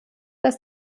dass